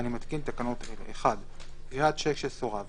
אני מתקין תקנות אלה: 1. גריעת שיק שסורב